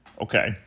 okay